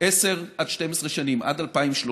עשר עד 12 שנים, עד 2030: